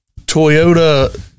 Toyota